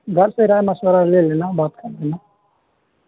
گھر سے رائے مشورہ لے لینا بات کر لینا